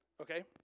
okay